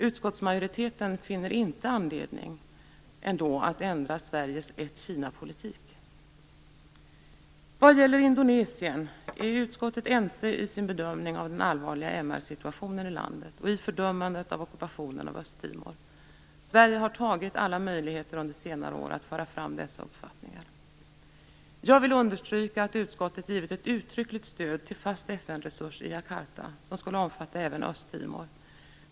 Utskottsmajoriteten finner inte anledning att ändra Sveriges ett Vad gäller Indonesien är utskottet enigt i sin bedömning av den allvarliga MR-situationen i landet och i fördömandet av ockupationen av Östtimor. Sverige har tagit vara på alla möjligheter under senare år att föra fram dessa uppfattningar. Jag vill understryka att utskottet har givit ett uttryckligt stöd till en fast FN-resurs i Jakarta som även skulle omfatta Östtimor.